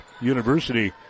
University